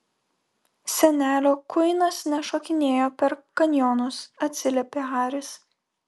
senelio kuinas nešokinėjo per kanjonus atsiliepė haris